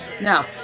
Now